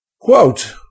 quote